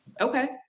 Okay